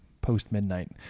Post-midnight